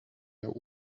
der